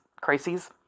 crises